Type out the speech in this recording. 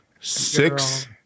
six